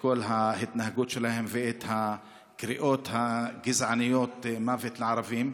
כל ההתנהגות שלהם והקריאות הגזעניות "מוות לערבים".